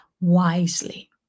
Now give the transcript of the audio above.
wisely